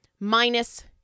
Minus